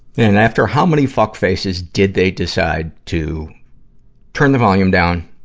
and after how many fuckfaces did they decide to turn the volume down,